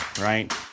right